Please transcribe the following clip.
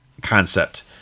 concept